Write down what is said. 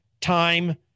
time